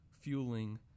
fueling